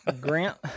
Grant